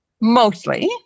mostly